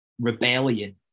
rebellion